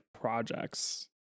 projects